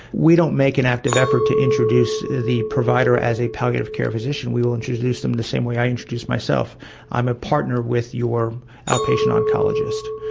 we don't make an active effort to introduce the provider as a palliative care physician, we will introduce them the same way i introduce myself i'm a partner with your outpatient oncologist.